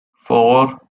four